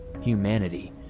humanity